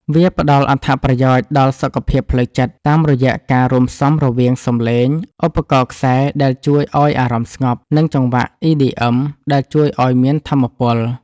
វាផ្ដល់អត្ថប្រយោជន៍ដល់សុខភាពផ្លូវចិត្ត តាមរយៈការរួមផ្សំរវាងសំឡេងឧបករណ៍ខ្សែដែលជួយឱ្យអារម្មណ៍ស្ងប់ និងចង្វាក់ EDM ដែលជួយឱ្យមានថាមពល។